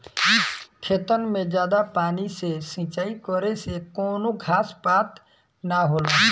खेतन मे जादा पानी से सिंचाई करे से कवनो घास पात ना होला